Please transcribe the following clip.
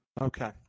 Okay